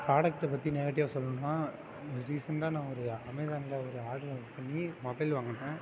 ஃப்ராடக்ட்டை பற்றி நெகட்டிவ்வாக சொல்லணும்னால் ரீசெண்டாக நான் ஒரு அமெசானில் ஒரு ஆட்ரு பண்ணி மொபைல் வாங்கினேன்